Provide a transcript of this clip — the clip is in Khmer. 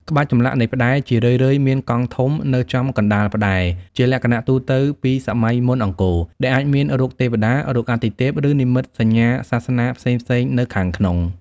ក្បាច់ចម្លាក់នៃផ្ដែរ ជារឿយៗមាន កងធំ នៅចំកណ្ដាលផ្តែរ (ជាលក្ខណៈទូទៅពីសម័យមុនអង្គរ) ដែលអាចមានរូបទេវតា រូបអាទិទេព ឬនិមិត្តសញ្ញាសាសនាផ្សេងៗនៅខាងក្នុង។